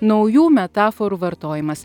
naujų metaforų vartojimas